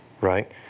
right